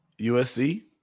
USC